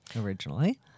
originally